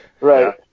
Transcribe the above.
Right